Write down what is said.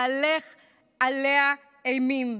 להלך עליה אימים